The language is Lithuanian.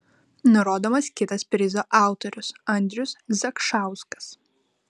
nurodomas kitas prizo autorius andrius zakšauskas